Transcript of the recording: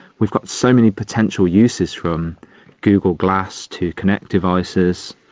we've got so many potential uses, from google glass to kinect devices,